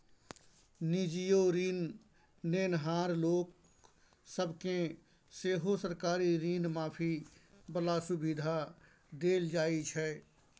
निजीयो ऋण नेनहार लोक सब केँ सेहो सरकारी ऋण माफी बला सुविधा देल जाइ छै